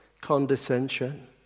condescension